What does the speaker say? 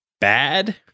bad